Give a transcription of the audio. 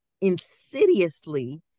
insidiously